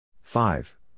five